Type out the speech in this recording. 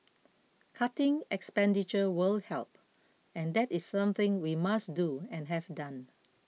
cutting expenditure will help and that is something we must do and have done